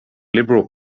liberal